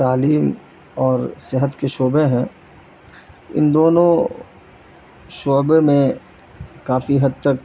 تعلیم اور صحت کے شعبے ہیں ان دونوں شعبے میں کافی حد تک